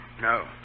No